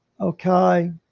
okay